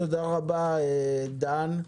תודה רבה דן.